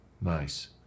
Nice